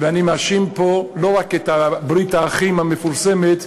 ואני מאשים פה לא רק את ברית האחים המפורסמת,